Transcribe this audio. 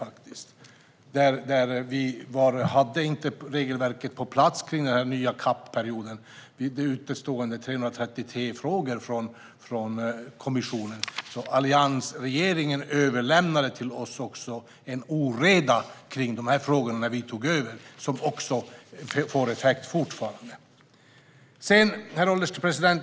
Vi hade inte regelverket på plats kring den nya CAP-perioden. Det fanns 333 utestående frågor från kommissionen. Alliansregeringen överlämnade till oss när vi tog över en oreda i de här frågorna som fortfarande får effekter. Herr ålderspresident!